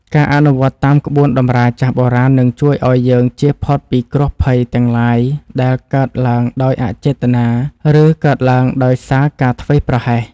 ការអនុវត្តតាមក្បួនតម្រាចាស់បុរាណនឹងជួយឱ្យយើងជៀសផុតពីគ្រោះភ័យទាំងឡាយដែលកើតឡើងដោយអចេតនា ឬ កើតឡើងដោយសារការធ្វេសប្រហែស។